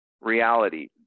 reality